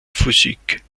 physik